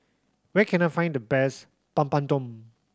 where can I find the best Papadum